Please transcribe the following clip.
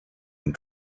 and